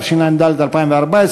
התשע"ד 2014,